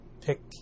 pick